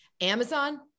Amazon